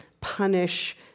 punish